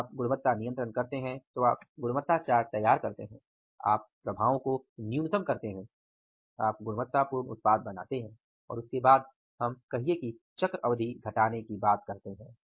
जब आप गुणवत्ता नियंत्रण करते हैं तो आप गुणवत्ता चार्ट तैयार करते हैं आप प्रभावों को न्यूनतम करते हैं आप गुणवत्तापूर्ण उत्पाद बनाते हैं और उसके बाद हम कहिये कि चक्र अवधि घटाने की बात करते हैं